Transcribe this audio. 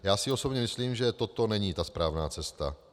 Já si osobně myslím, že toto není ta správná cesta.